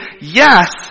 yes